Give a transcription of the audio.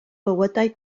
bywydau